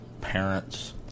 parents